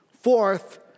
Fourth